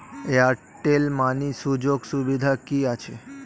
Airtel money সুযোগ সুবিধা কি আছে?